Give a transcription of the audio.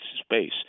space